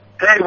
Hey